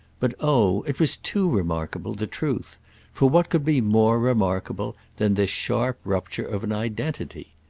but oh it was too remarkable, the truth for what could be more remarkable than this sharp rupture of an identity?